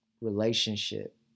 relationship